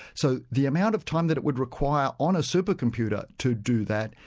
so the amount of time that it would require on a supercomputer to do that,